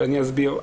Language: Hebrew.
ואני אסביר.